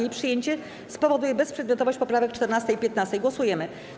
Jej przyjęcie spowoduje bezprzedmiotowość poprawek 14 i 15. Głosujemy.